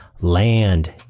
Land